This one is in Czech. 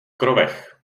krovech